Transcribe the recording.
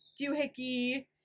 doohickey